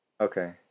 Okay